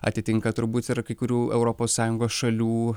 atitinka turbūt ir kai kurių europos sąjungos šalių